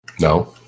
No